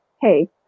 hey